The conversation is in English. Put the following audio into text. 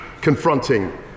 confronting